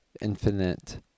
infinite